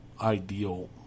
ideal